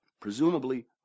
presumably